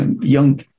young